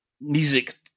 music